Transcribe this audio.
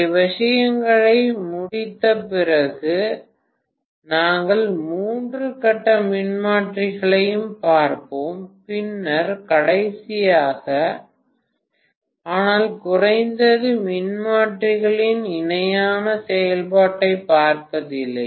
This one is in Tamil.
இந்த விஷயங்களை முடித்த பிறகு நாங்கள் மூன்று கட்ட மின்மாற்றிகளையும் பார்ப்போம் பின்னர் கடைசியாக ஆனால் குறைந்தது மின்மாற்றிகளின் இணையான செயல்பாட்டைப் பார்ப்பதில்லை